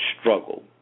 struggle